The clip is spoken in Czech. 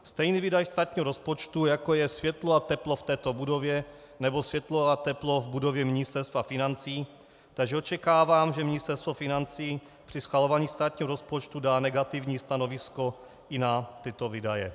Stejný výdaj státního rozpočtu, jako je světlo a teplo v této budově nebo světlo a teplo v budově Ministerstva financí, takže očekávám, že Ministerstvo financí při schvalování státního rozpočtu dá negativní stanovisko i na tyto výdaje.